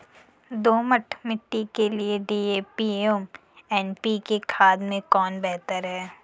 दोमट मिट्टी के लिए डी.ए.पी एवं एन.पी.के खाद में कौन बेहतर है?